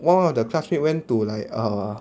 one of the classmate went to like err